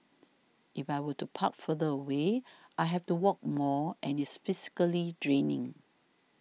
if I were to park further away I have to walk more and it's physically draining